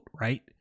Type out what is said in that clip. right